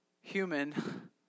human